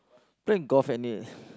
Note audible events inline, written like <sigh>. playing golf and he <breath>